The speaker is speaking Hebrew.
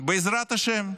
בעזרת השם,